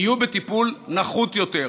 יהיו בטיפול נחות יותר.